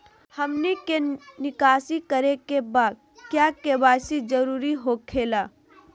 हमनी के निकासी करे के बा क्या के.वाई.सी जरूरी हो खेला?